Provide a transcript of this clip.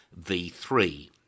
V3